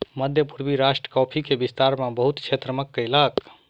मध्य पूर्वी राष्ट्र कॉफ़ी के विस्तार बहुत क्षेत्र में कयलक